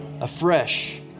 afresh